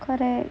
correct